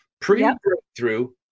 Pre-breakthrough